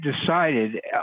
decided